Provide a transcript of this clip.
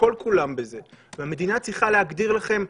כול כולם בזה והמדינה צריכה להגדיר לכם.